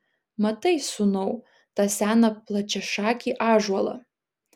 matai sūnau tą seną plačiašakį ąžuolą